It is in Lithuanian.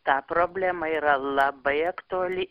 ta problema yra labai aktuali